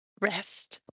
Rest